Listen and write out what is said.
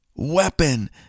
weapon